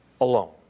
alone